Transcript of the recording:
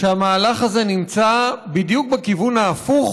שהמהלך הזה נמצא בדיוק בכיוון ההפוך